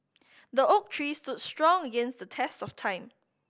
the oak tree stood strong against the test of time